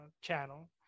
channel